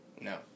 No